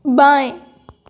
बाएँ